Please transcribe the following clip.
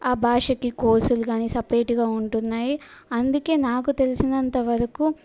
ఆ భాషకి కోర్సులు కానీ సపరేటుగా ఉంటున్నాయి అందుకే నాకు తెలిసినంతవరకూ